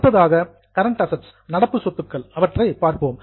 அடுத்ததாக current assets நடப்பு சொத்துக்கள் அவற்றைப் பார்ப்போம்